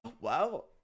wow